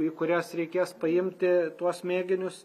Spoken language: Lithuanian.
į kurias reikės paimti tuos mėginius